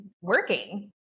working